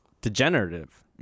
degenerative